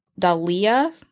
Dalia